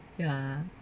ya